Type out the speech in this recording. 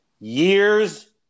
Years